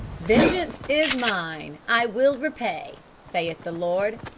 vengeance is mine, i will repay, saith the lord.